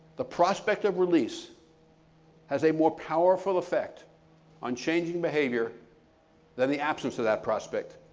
the prospect of release has a more powerful effect on changing behavior than the absence of that prospect.